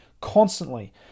constantly